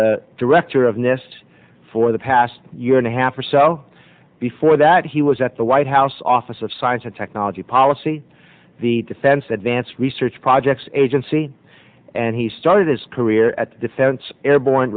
the director of nest for the past year and a half or so before that he was at the white house office of science and technology policy the defense at vance research projects agency and he started his career at the defense airborne